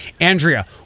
Andrea